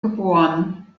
geboren